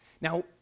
Now